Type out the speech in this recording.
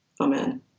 Amen